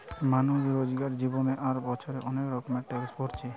মানুষ রোজকার জীবনে আর বছরে অনেক রকমের ট্যাক্স ভোরছে